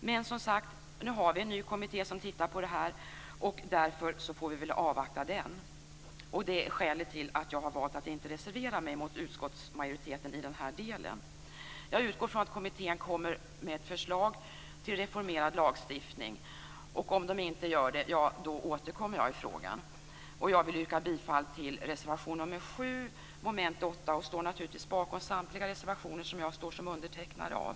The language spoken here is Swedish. Men, som sagt, nu har vi en ny kommitté som tittar närmare på det här och därför får vi väl avvakta den. Det är skälet till att jag har valt att inte reservera mig mot utskottsmajoritetens förslag i den här delen. Jag utgår från att kommittén kommer med ett förslag till reformerad lagstiftning, och om den inte gör det återkommer jag i frågan. Jag vill yrka bifall till reservation nr 7 under mom. 8 och står naturligtvis bakom samtliga reservationer som jag står som undertecknare av.